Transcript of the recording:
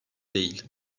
değil